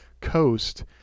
coast